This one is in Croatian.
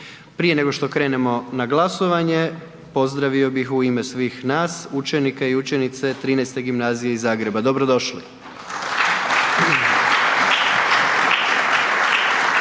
Prije nego što krenemo na glasovanje pozdravio bih u ime svih nas učenike i učenice XIII. Gimnazije iz Zagreba, dobro došli.